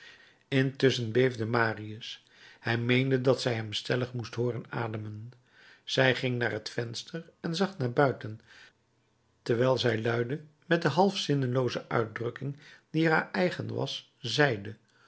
intusschen beefde marius hij meende dat zij hem stellig moest hooren ademen zij ging naar het venster en zag naar buiten terwijl zij luide met de half zinnelooze uitdrukking die haar eigen was zeide